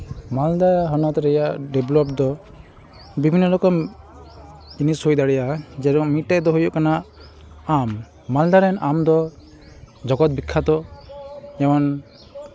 ᱢᱟᱞᱫᱟ ᱦᱚᱱᱚᱛ ᱨᱮᱭᱟᱜ ᱰᱮᱵᱷᱞᱚᱯ ᱫᱚ ᱵᱤᱵᱷᱤᱱᱱᱚ ᱨᱚᱠᱚᱢ ᱡᱤᱱᱤᱥ ᱦᱩᱭ ᱫᱟᱲᱮᱭᱟᱜᱼᱟ ᱡᱮᱨᱚᱠᱚᱢ ᱢᱤᱫᱴᱮᱱ ᱫᱚ ᱦᱩᱭᱩᱜ ᱠᱟᱱᱟ ᱟᱢ ᱢᱟᱞᱫᱟ ᱨᱮᱱ ᱟᱢᱫᱚ ᱡᱚᱜᱚᱛ ᱵᱤᱠᱠᱷᱟᱛᱚ ᱡᱮᱢᱚᱱ